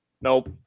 Nope